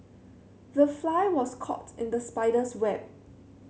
the fly was caught in the spider's web